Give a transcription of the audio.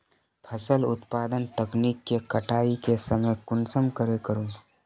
फसल उत्पादन तकनीक के कटाई के समय कुंसम करे करूम?